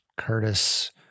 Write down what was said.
Curtis